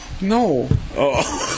No